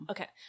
Okay